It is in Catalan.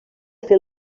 fer